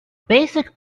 basic